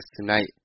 tonight